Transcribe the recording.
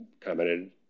commented